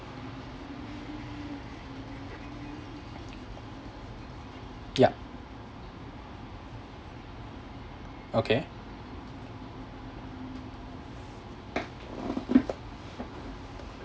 yup okay